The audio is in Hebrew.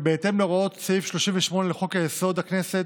ובהתאם להוראות סעיף 38 לחוק-יסוד: הכנסת,